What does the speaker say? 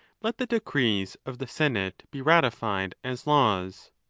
let the decrees of the senate be ratified as laws.